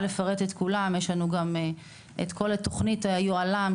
לפרט את כולן: יש לנו את כל תכנית היוהל"מ,